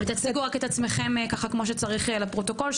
רק תציגו את עצמכם ככה כמו שצריך לפרוטוקול.